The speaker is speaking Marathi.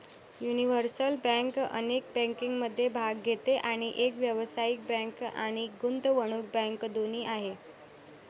युनिव्हर्सल बँक अनेक बँकिंगमध्ये भाग घेते आणि एक व्यावसायिक बँक आणि गुंतवणूक बँक दोन्ही आहे